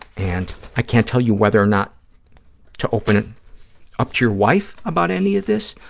and i can't tell you whether or not to open up to your wife about any of this,